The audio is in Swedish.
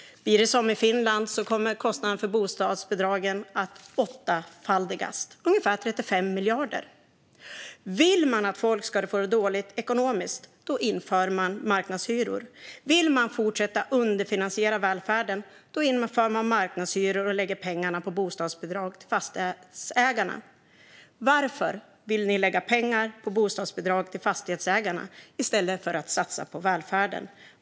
Blir det som i Finland kommer kostnaderna för bostadsbidragen att åttafaldigas - ungefär 35 miljarder. Vill man att folk ska få det dåligt ekonomiskt inför man marknadshyror. Vill man fortsätta att underfinansiera välfärden inför man marknadshyror och lägger pengarna på bostadsbidrag till fastighetsägarna. Varför vill ni lägga pengar på bostadsbidrag till fastighetsägarna i stället för att satsa på välfärden?